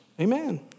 Amen